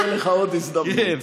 תהיה לך עוד הזדמנות,